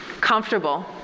comfortable